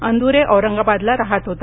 अंदुरे औरंगाबादला राहत होता